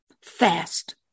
fast